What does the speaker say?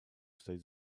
стать